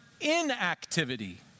inactivity